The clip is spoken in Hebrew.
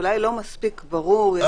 אולי לא מספיק ברור.